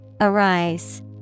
Arise